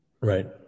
Right